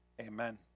amen